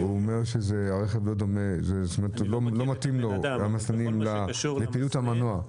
הוא אומר שהמסננים לא מתאימים לפעילות המנוע.